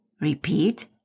Repeat